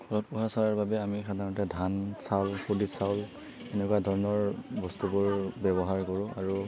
ঘৰত পোহা চৰাইৰ বাবে আমি সাধাৰণতে ধান চাউল ফুলি চাউল এনেকুৱা ধৰণৰ বস্তুবোৰ ব্যৱহাৰ কৰোঁ আৰু